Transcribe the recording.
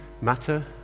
matter